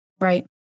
right